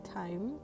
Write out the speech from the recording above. time